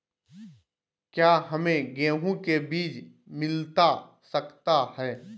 क्या हमे गेंहू के बीज मिलता सकता है?